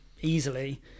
easily